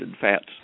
fats